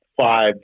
five